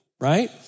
right